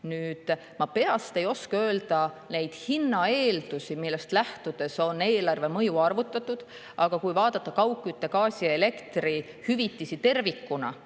arve. Ma peast ei oska öelda neid hinnaeeldusi, millest lähtudes on eelarve mõju arvutatud. Aga kui vaadata kaugkütte, gaasi ja elektri hüvitisi tervikuna,